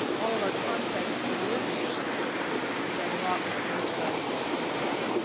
all of our contexts for work are different. and we see that a lot with the roadside program.